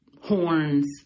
Horns